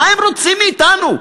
מה הם רוצים מאתנו?